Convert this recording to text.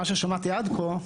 מה ששמעתי עד כה,